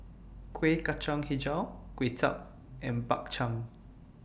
Kueh Kacang Hijau Kway Chap and Bak Chang